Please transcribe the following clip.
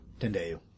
Tendeu